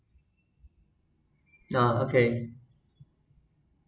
uh okay